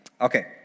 Okay